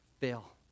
fail